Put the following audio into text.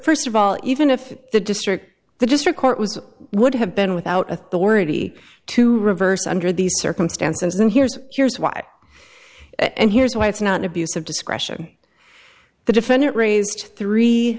for st of all even if the district the district court was would have been without authority to reverse under these circumstances and here's here's why and here's why it's not an abuse of discretion the defendant raised three